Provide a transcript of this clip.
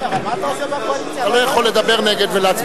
תודה.